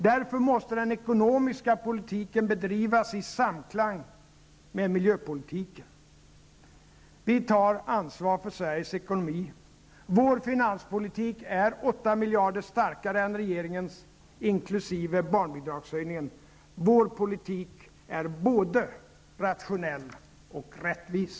Därför måste den ekonomiska tillväxten bedrivas i samklang med miljöpolitiken. Vi tar ansvar för Sveriges ekonomi. Vår finanspolitik är 8 miljader starkare än regeringens, inkl. barnbidragshöjningen. Vår politik är både rationell och rättvis.